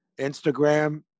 Instagram